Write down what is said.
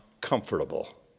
comfortable